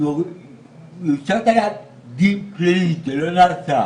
שיושת עליו דין פלילי, וזה לא נעשה.